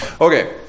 Okay